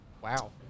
wow